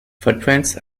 footprints